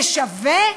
זה שווה,